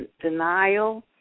denial